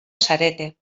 zarete